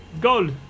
Gold